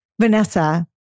Vanessa